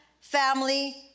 family